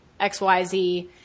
XYZ